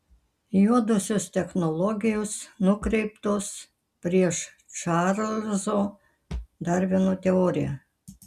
juodosios technologijos nukreiptos prieš čarlzo darvino teoriją